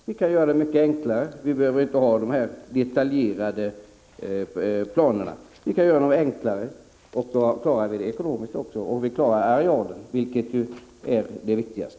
Det kan göras mycket enklare, och det behövs inte några detaljerade planer. Då klarar vi det ekonomiska och arealen, vilket är det viktigaste.